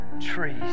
trees